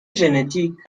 ژنتیک